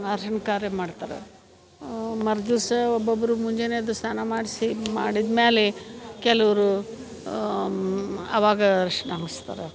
ಅರ್ಶಿನ ಕಾರ್ಯ ಮಾಡ್ತಾರೆ ಮರುದಿವ್ಸ ಒಬ್ಬೊಬ್ರು ಮುಂಜಾನೆ ಎದ್ದು ಸಾನ ಮಾಡಿಸಿ ಮಾಡಿದ್ಮೇಲೆ ಕೆಲವ್ರು ಅವಾಗ ಅರ್ಶಿನ ಹುಸ್ತರ